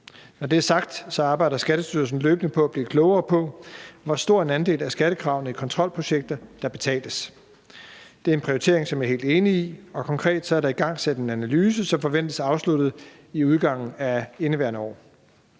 Når det er sagt, arbejder Skattestyrelsen løbende på at blive klogere på, hvor stor en andel af skattekravene i kontrolprojekter der betales. Det er en prioritering, som jeg er helt enig i. Konkret er der igangsat en analyse, som forventes afsluttet ved udgangen af indeværende år.